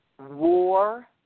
war